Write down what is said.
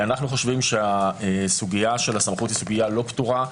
אנחנו חושבים שהסוגיה של הסמכות היא סוגיה לא פתורה,